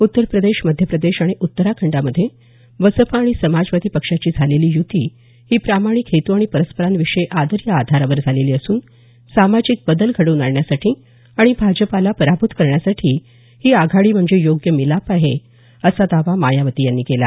उत्तर प्रदेश मध्य प्रदेश आणि उत्तराखंडामध्ये बसपा आणि समाजवादी पक्षाची झालेली युती ही प्रामाणिक हेतू आणि परस्परांविषयी आदर या आधारावर झालेली असून सामाजिक बदल घडवून आणण्यासाठी आणि भाजपाला पराभूत करण्यासाठी ही आघाडी म्हणजे योग्य मिलाफ आहे असा दावा मायावती यांनी केला